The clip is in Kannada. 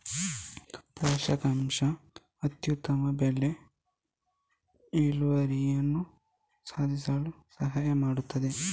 ಪೋಷಕಾಂಶಗಳು ಅತ್ಯುತ್ತಮ ಬೆಳೆ ಇಳುವರಿಯನ್ನು ಸಾಧಿಸಲು ಸಹಾಯ ಮಾಡುತ್ತದೆ